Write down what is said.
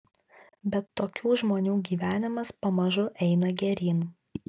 bet tokių žmonių gyvenimas pamažu eina geryn